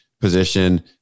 position